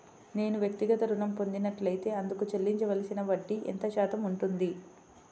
నేను వ్యక్తిగత ఋణం పొందినట్లైతే అందుకు చెల్లించవలసిన వడ్డీ ఎంత శాతం ఉంటుంది?